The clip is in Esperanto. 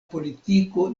politiko